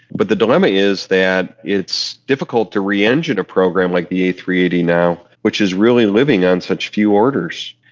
but the dilemma is that it's difficult to re-engine a program like the a three eight zero now which is really living on such few orders.